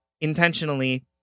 intentionally